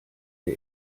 der